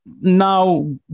now